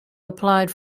applied